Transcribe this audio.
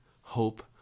hope